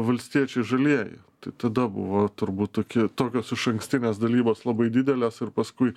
valstiečiai žalieji tai tada buvo turbūt tokie tokios išankstinės dalybos labai didelės ir paskui